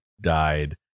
died